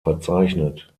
verzeichnet